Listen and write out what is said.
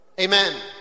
Amen